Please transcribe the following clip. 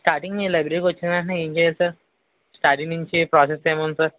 starting మీ లైబ్రరీకి వచ్చిన వెంటనే ఏం చెయ్యాలి సార్ స్టార్టింగ్ నుంచి ప్రాసెస్ ఏముంది సార్